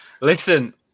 listen